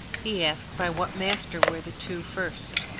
he asked, by what master were the two first.